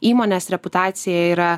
įmonės reputacija yra